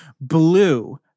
Blue